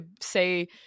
say